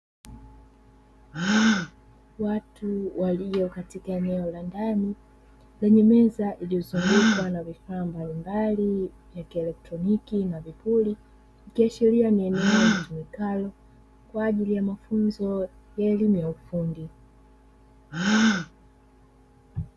Watu walio katika eneo la ndani lenye meza iliyozungukwa na vifaa mbalimbali vya kielektroniki na vipupuri, ikiashiria ni eneo litumikalo kwa ajili ya mafunzo ya elimu ya ufundi.